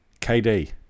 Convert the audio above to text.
KD